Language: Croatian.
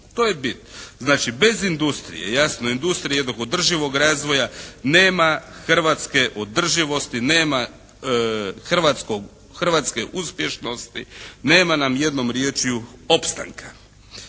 To je bit. Znači bez industrije, jasno industrije jednog održivog razvoja nema hrvatske održivosti, nema hrvatske uspješnosti, nema nam jednom dječju opstanka.